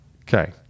Okay